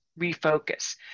refocus